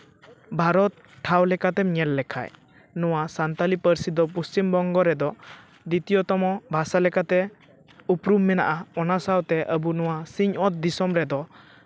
ᱵᱷᱟᱨᱚᱛ ᱴᱷᱟᱶ ᱞᱮᱠᱟ ᱛᱮᱢ ᱧᱮᱞ ᱞᱮᱠᱷᱟᱱ ᱱᱚᱣᱟ ᱥᱟᱱᱛᱟᱞᱤ ᱯᱟᱹᱨᱥᱤ ᱫᱚ ᱯᱚᱥᱪᱤᱢᱵᱚᱝᱜᱚ ᱨᱮᱫᱚ ᱫᱤᱛᱤᱭᱚ ᱛᱚᱢᱚ ᱵᱷᱟᱥᱟ ᱞᱮᱠᱟᱛᱮ ᱩᱯᱨᱩᱢ ᱢᱮᱱᱟᱜᱼᱟ ᱚᱱᱟ ᱥᱟᱶᱛᱮ ᱟᱵᱚ ᱱᱚᱣᱟ ᱥᱤᱧᱼᱚᱛ ᱫᱤᱥᱚᱢ ᱨᱮᱫᱚ